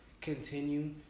continue